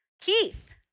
Keith